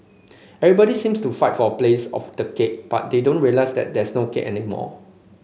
everybody seems to fight for place of the cake but they don't realise that there is no cake anymore